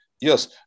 yes